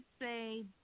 say